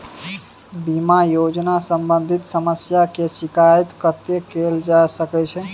बीमा योजना सम्बंधित समस्या के शिकायत कत्ते कैल जा सकै छी?